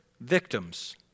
victims